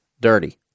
dirty